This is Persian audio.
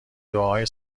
دعاهای